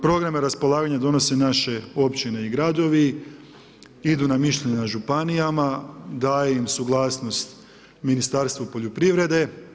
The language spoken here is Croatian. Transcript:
Programe raspolaganja donose naše općine i gradovi, idu na mišljenja županijama, daje im suglasnost Ministarstvo poljoprivrede.